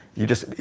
you just,